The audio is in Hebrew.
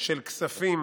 של כספים